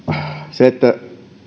se että